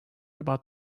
about